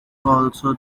also